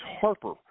Harper